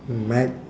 mac